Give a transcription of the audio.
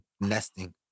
nesting